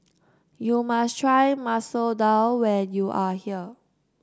you must try Masoor Dal when you are here